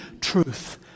truth